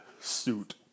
suit